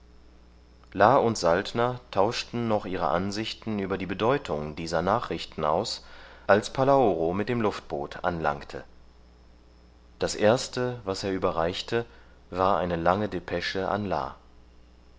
und saltner tauschten noch ihre ansichten über die bedeutung dieser nachrichten aus als palaoro mit dem luftboot anlangte das erste was er überreichte war eine lange depesche an